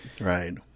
Right